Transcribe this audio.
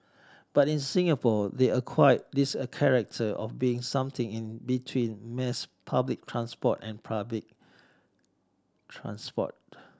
but in Singapore they acquired this a character of being something in between mass public transport and private transport